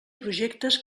projectes